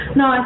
no